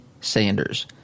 Sanders